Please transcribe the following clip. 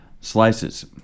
slices